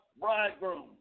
bridegroom